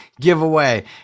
giveaway